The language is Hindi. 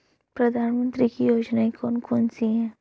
प्रधानमंत्री की योजनाएं कौन कौन सी हैं?